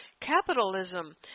capitalism